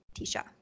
Tisha